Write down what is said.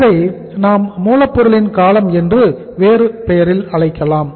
இதை நாம் மூலப்பொருளின் காலம் என்று வேறு பெயரில் அழைக்கலாம்